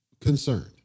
concerned